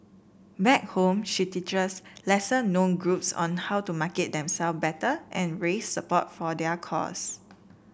back home she teaches lesser known groups on how to market them self better and raise support for their cause